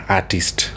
artist